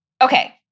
Okay